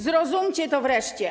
Zrozumcie to wreszcie.